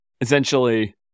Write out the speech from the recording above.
essentially